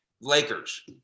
Lakers